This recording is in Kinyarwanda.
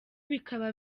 bikaba